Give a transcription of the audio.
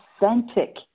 authentic